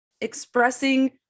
Expressing